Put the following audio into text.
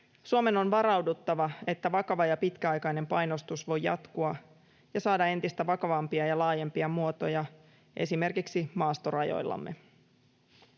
Suomen on varauduttava siihen, että vakava ja pitkäaikainen painostus voi jatkua ja saada entistä vakavampia ja laajempia muotoja esimerkiksi maastorajoillamme.